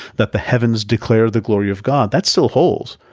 that the heavens declare the glory of god, that still holds,